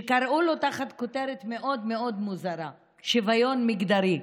שקראו לו תחת כותרת מאוד מאוד מוזרה: שוויון מגדרי,